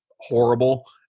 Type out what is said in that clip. horrible